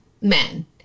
men